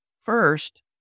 first